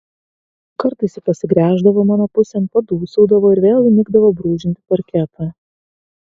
kartais ji pasigręždavo mano pusėn padūsaudavo ir vėl įnikdavo brūžinti parketą